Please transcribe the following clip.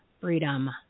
freedom